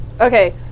Okay